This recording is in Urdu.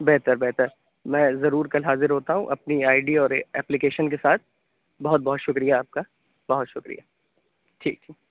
بہتر بہتر میں ضرور کل حاضر ہوتا ہوں اپنی آئی ڈی اور اپلیکیشن کے ساتھ بہت بہت شُکریہ آپ کا بہت شُکریہ ٹھیک ہے